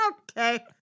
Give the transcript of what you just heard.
Okay